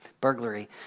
burglary